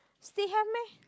still have meh